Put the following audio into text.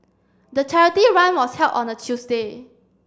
the charity run was held on a Tuesday